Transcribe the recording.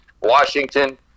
Washington